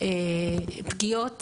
פגיעות